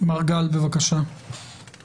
תודה